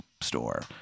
store